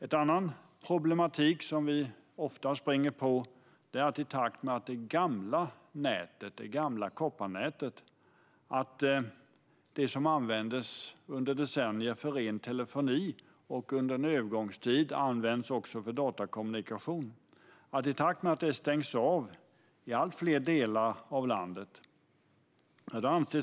En annan problematik som vi ofta springer på är att det gamla kopparnätet, som i decennier användes för ren telefoni och under en övergångstid använts också för datakommunikation, stängs av i allt fler delar av landet.